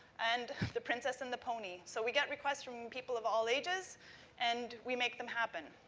and, the princess and the pony. so, we get requests from people of all ages and we make them happen.